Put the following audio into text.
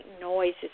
noises